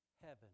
heaven